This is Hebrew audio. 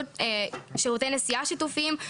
שירותי נסיעה שיתופיים.